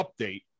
update